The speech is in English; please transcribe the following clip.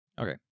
Okay